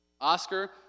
Oscar